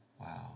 Wow